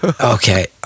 Okay